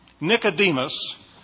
Nicodemus